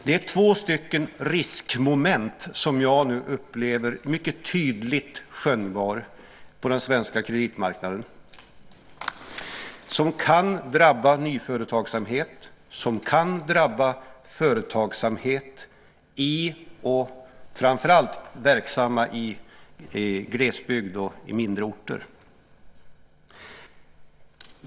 Det är två riskmoment som jag nu upplever som mycket tydligt skönjbara på den svenska kreditmarknaden, som kan drabba nyföretagsamhet och som kan drabba företag, framför allt verksamma i glesbygd och på mindre orter.